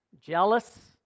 jealous